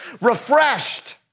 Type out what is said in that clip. refreshed